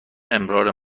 امرار